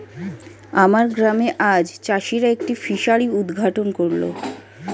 আমার গ্রামে আজ চাষিরা একটি ফিসারি উদ্ঘাটন করল